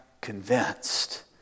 convinced